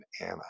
Anna